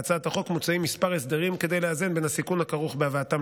בהצעת החוק מוצעים מספר הסדרים כדי לאזן בין הסיכון הכרוך בהבאתם